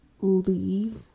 leave